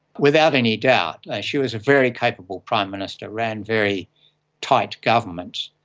without any doubt she was a very capable prime minister, ran very tight government,